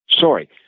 Sorry